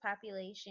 population